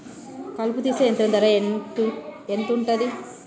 కలుపు తీసే యంత్రం ధర ఎంతుటది?